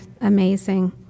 amazing